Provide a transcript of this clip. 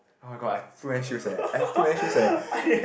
oh-my-god I have too many shoes eh I have too many shoes eh